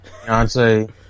Beyonce